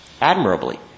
admirably